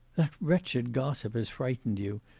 that wretched gossip has frightened you.